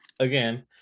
again